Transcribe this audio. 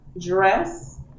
dress